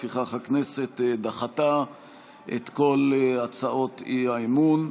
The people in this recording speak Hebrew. לפיכך, הכנסת דחתה את כל הצעות האי-אמון.